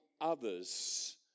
others